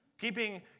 Keeping